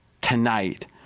tonight